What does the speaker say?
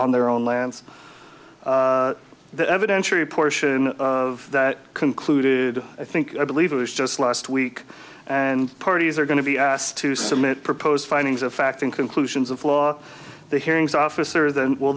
on their own lands that evidentiary portion of that concluded i think i believe it was just last week and parties are going to be asked to submit proposed findings of fact in conclusions of law the hearings officer then will